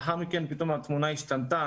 לאחר מכן פתאום התמונה השתנתה,